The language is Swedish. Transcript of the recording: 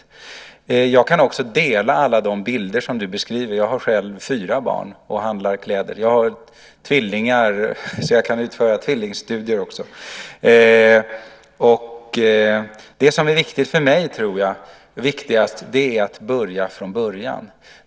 Jag kan också dela alla de bilder som du beskriver. Jag har själv fyra barn och handlar kläder. Jag har tvillingar, så jag kan också utföra tvillingstudier. Det som är viktigast för mig är att börja från början.